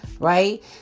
right